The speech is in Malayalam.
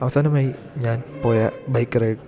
അവസാനമായി ഞാൻ പോയ ബൈക്ക് റൈഡ്